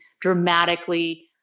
dramatically